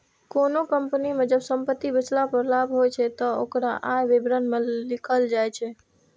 कोनों कंपनी कें जब संपत्ति बेचला पर लाभ होइ छै, ते ओकरा आय विवरण मे लिखल जाइ छै